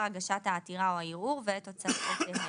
הגשת העתירה או הערעור ואת תוצאותיהם.